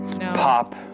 pop